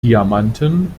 diamanten